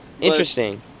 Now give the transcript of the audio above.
Interesting